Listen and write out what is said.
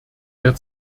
der